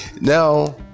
Now